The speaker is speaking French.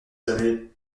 savez